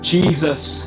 Jesus